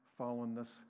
fallenness